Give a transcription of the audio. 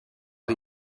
die